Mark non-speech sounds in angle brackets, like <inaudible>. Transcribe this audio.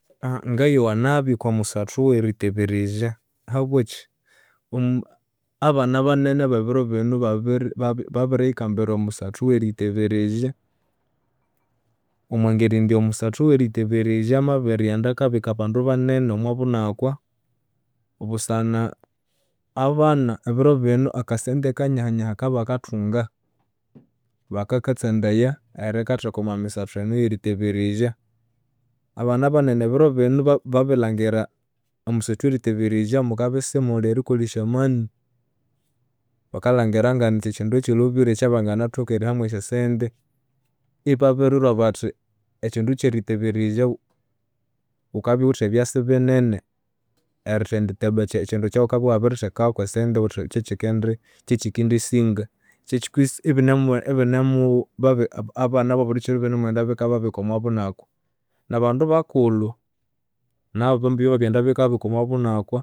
<hesitation> Ngayowa nabi okwamusathu oweriteberezya, ahabwakyi? <hesitation> Abana banene abebiro binu babiri babiriyikambira omusathu oweriteberezya, omwangeri indi omusathu oweriteberezya amabirighenda akabika abandu banene omwabunakwa, obusana abana ebiro binu akasente kanyahanyaha akabakathunga, bakakatsandaya erikatheka omwamisathu oweriteberezya. Abana banene ebiro bino babirilhangira omusathu oweriteberezya mukabya isimuli erikolesya amani. Bakalhangira nginikyo kyindu ekyolhobire ekyabanginathoka erihamu esyasente. Ibabirirwa bathi ekyindu ekyeriteberezya ghukabya ighuwithe byasi binene erithenditeba ekyindu ekyaghukabya iwabirithekaku esyasente ghuthi kyekyikendi kyekyikendisinga. Abana ababulikyiro byebinamughenda bikababika omwabunakwa. Nabandu bakulhu, nabu bambi byamabirighenda bikababikwa omwabunakwa